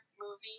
movie